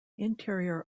interior